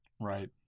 Right